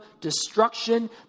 destruction